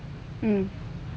mm